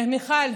מיכל,